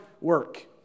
work